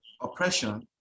oppression